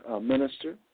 minister